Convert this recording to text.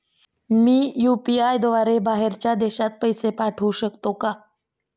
मी UPI द्वारे बाहेरच्या देशात पैसे पाठवू शकतो का?